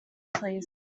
please